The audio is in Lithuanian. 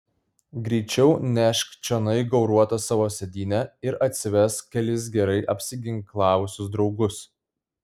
greičiau nešk čionai gauruotą savo sėdynę ir atsivesk kelis gerai apsiginklavusius draugus